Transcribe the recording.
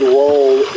role